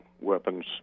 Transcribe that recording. weapons